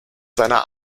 seiner